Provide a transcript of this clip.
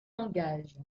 engage